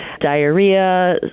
diarrhea